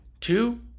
Two